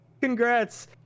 congrats